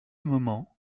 moment